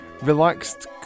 relaxed